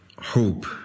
hope